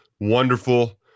wonderful